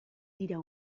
dira